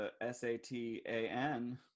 S-A-T-A-N